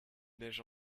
neige